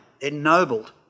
ennobled